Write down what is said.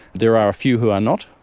there are a few who are not,